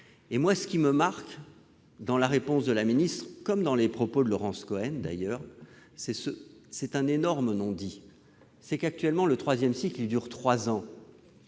! Ce qui me marque, dans la réponse de la ministre, comme dans les propos de Laurence Cohen, c'est un énorme non-dit. Actuellement, le troisième cycle dure trois ans,